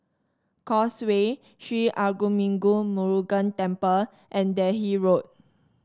Causeway Sri Arulmigu Murugan Temple and Delhi Road